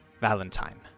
Valentine